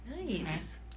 Nice